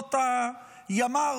ליחידות הימ"ר